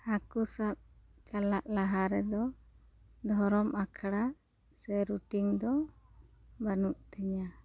ᱦᱟ ᱠᱩ ᱥᱟᱵ ᱪᱟᱞᱟᱜ ᱞᱟᱦᱟ ᱨᱮᱫᱚ ᱫᱷᱚᱨᱚᱢ ᱟᱠᱷᱲᱟ ᱥᱮ ᱨᱩᱴᱤᱱ ᱫᱚ ᱵᱟᱹᱱᱩᱜ ᱛᱤᱧᱟᱹ